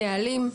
נהלים,